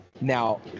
Now